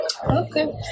Okay